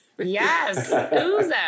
Yes